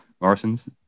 Morrisons